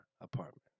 apartment